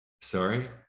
Sorry